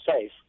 safe